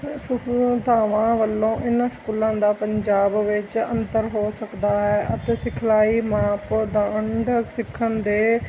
ਸੁਵਿਧਾਵਾਂ ਵੱਲੋਂ ਇਹਨਾਂ ਸਕੂਲਾਂ ਦਾ ਪੰਜਾਬ ਵਿੱਚ ਅੰਤਰ ਹੋ ਸਕਦਾ ਹੈ ਅਤੇ ਸਿਖਲਾਈ ਮਾਪਦੰਡ ਸਿੱਖਣ ਦੇ